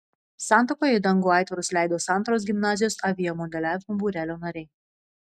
santakoje į dangų aitvarus leido santaros gimnazijos aviamodeliavimo būrelio nariai